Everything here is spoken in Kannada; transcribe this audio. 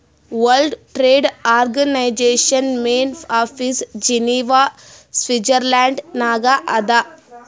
world trade organization main office Geneva Switzerland ನಾಗ್ ಅದಾ